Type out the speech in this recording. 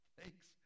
Thanks